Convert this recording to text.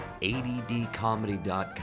addcomedy.com